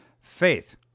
faith